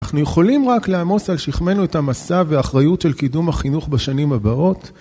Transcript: אנחנו יכולים רק לעמוס על שכמנו את המסע והאחריות של קידום החינוך בשנים הבאות